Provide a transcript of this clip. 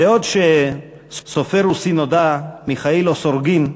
בעוד שסופר רוסי נודע, מיכאיל אוסורגין,